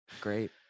Great